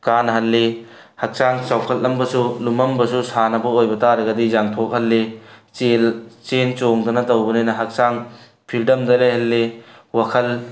ꯀꯥꯟꯅꯍꯜꯂꯤ ꯍꯛꯆꯥꯡ ꯆꯥꯎꯈꯠꯂꯝꯕꯁꯨ ꯂꯨꯝꯃꯝꯕꯁꯨ ꯁꯥꯟꯅꯕ ꯑꯣꯏꯕꯇꯥꯔꯒꯗꯤ ꯌꯥꯡꯊꯣꯛꯍꯜꯂꯤ ꯆꯦꯟ ꯆꯣꯡꯗꯅ ꯇꯧꯕꯅꯤꯅ ꯍꯛꯆꯥꯡ ꯐ꯭ꯔꯤꯗꯝꯗ ꯂꯩꯍꯜꯂꯤ ꯋꯥꯈꯜ